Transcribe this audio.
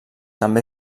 també